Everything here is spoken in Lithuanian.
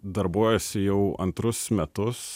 darbuojuosi jau antrus metus